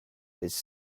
his